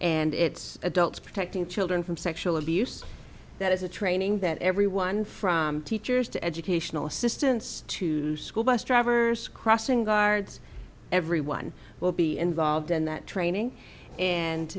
and it's adults protecting children from sexual abuse that is the training that everyone from teachers to educational assistance to school bus drivers crossing guards everyone will be involved in that training and